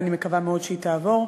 ואני מקווה מאוד שהיא תעבור.